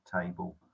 table